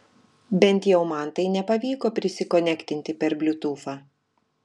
bent jau man tai nepavyko prisikonektinti per bliutūfą